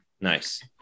Nice